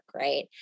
Right